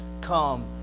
come